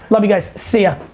love you guys, see ya.